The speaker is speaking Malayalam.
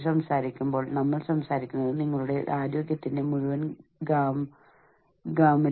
Casio Gilmore Williams Cascio Gilmore and Williams എന്നിവരുടെ ഈ പുസ്തകമാണ് ഞാൻ ഉപയോഗിച്ചിട്ടുള്ളത് ഇത് എഡിറ്റ് ചെയ്ത ഒരു വോളിയമാണ്